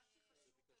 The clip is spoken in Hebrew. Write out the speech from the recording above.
הבדיקות.